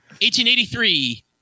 1883